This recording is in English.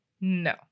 No